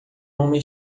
homem